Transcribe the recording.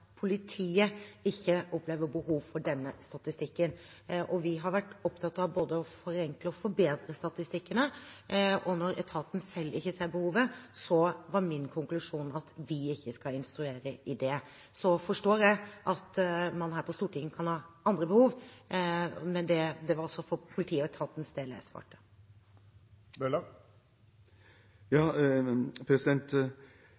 politiet ikke opplever et behov for denne statistikken. Vi har vært opptatt av å både forenkle og forbedre statistikkene, og når etaten selv ikke ser behovet, var min konklusjon at vi ikke skal instruere om det. Jeg forstår at man her på Stortinget kan ha andre behov, men